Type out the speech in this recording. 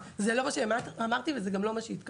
זה לא מה שאמרתי וזה גם לא מה שהתכוונתי.